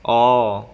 orh